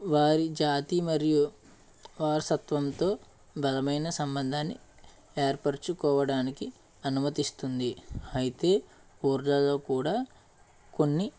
వారి జాతి మరియు వారసత్వంతో బలమైన సంబంధాన్ని ఏర్పరుచుకోవడానికి అనుమతిస్తుంది అయితే ఊర్లలో కూడా కొన్ని